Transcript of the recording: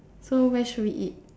so where should we eat